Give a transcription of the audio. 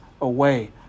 away